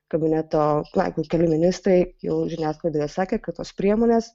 kabineto blakių kalvinistai jau žiniasklaidoje sakė kad tos priemonės